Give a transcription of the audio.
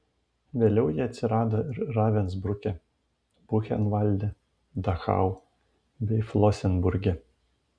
vėliau jie atsirado ir ravensbruke buchenvalde dachau bei flosenburge